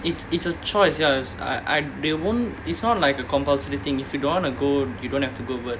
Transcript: it's it's a choice ya I I they want won't not like a compulsory thing if you don't want to go you don't have to go for it